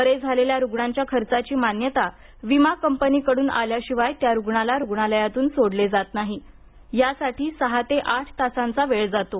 बरे झालेल्या रुग्णांच्या खर्चाची मान्यता विमा कंपनीकडून आल्याशिवाय त्या रुग्णाला रुग्णालयातून सोडले जात नाही यासाठी सहा ते आठ तासांचा वेळ जातो